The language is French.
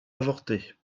avorté